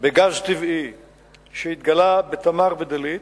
בגז הטבעי שהתגלה ב"תמר" ו"דלית",